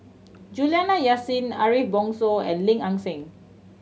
Juliana Yasin Ariff Bongso and Lim Ang Seng